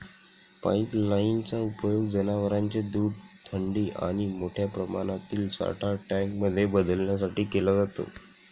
pipeline चा उपयोग जनवरांचे दूध थंडी आणि मोठ्या प्रमाणातील साठा टँक मध्ये बदलण्यासाठी केला जातो